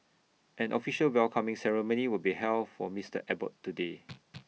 an official welcoming ceremony will be held for Mister Abbott today